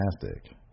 fantastic